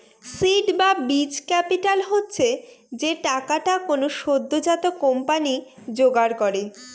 seed বা বীজ capital হচ্ছে যে টাকাটা কোনো সদ্যোজাত কোম্পানি জোগাড় করে